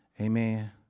Amen